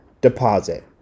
deposit